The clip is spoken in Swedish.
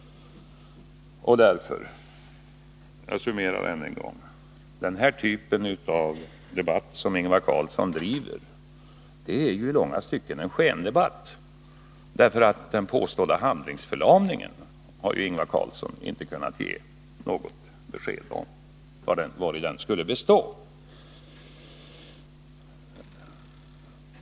Jag summerar än en gång: Den typ av debatt som Ingvar Carlsson här driver är ju i långa stycken en skendebatt. Ingvar Carlsson har nämligen inte kunnat ge besked om vari den påstådda handlingsförlamningen skulle bestå.